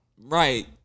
Right